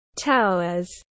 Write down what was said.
Towers